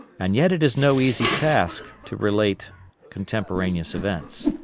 and yet it is no easy task to relate contemporaneous events.